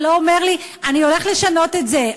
לא אומר לי: אני הולך לשנות את זה,